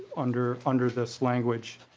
under under this language.